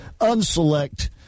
Unselect